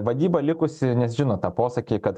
vadyba likusi nes žino tą posakį kad